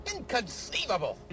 inconceivable